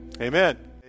amen